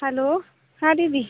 hello हाँ दीदी